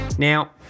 Now